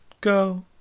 go